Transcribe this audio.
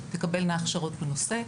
תקבלנה הכשרות בנושא.